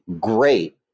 great